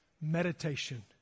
meditation